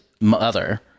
mother